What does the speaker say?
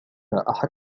أحد